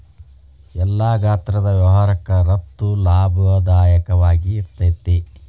ಎಲ್ಲಾ ಗಾತ್ರದ್ ವ್ಯವಹಾರಕ್ಕ ರಫ್ತು ಲಾಭದಾಯಕವಾಗಿರ್ತೇತಿ